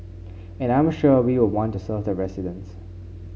and I'm sure we'll want to serve the residents